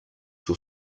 pour